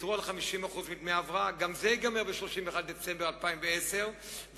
ויתרו על 50% מדמי ההבראה,